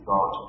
God